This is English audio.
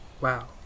Wow